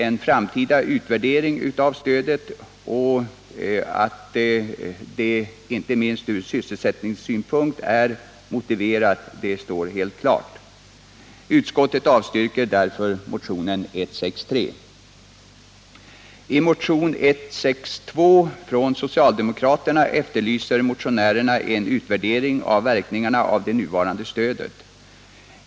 En framtida utvärdering av stödet skall naturligtvis ske. Att stödet inte minst från sysselsättningssynpunkt är motiverat står emellertid helt klart. Utskottet avstyrker därför motionen 163. I motionen 162 från socialdemokraterna efterlyser motionärerna en utvärdering av verkningarna av det nuvarande stödet.